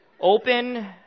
open